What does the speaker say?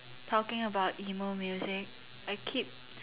talking about emo music I keep